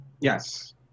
Yes